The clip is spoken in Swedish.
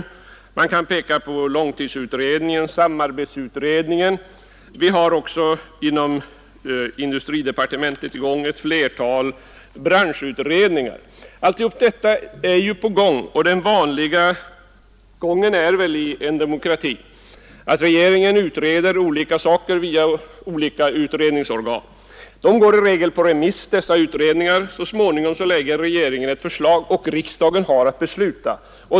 Vidare kan nämnas långtidsutredningen och samarbetsutredningen. Vi har också inom industridepartementet i gång ett flertal branschutredningar. Allt detta finns redan, och den vanliga gången är väl i en demokrati att regeringen utreder olika saker via olika utredningsorgan. Utredningarna går i regel på remiss, så småningom lägger regeringen ett förslag och riksdagen har att besluta.